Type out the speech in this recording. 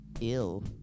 ill